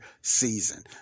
season